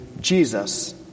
Jesus